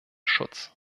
schutz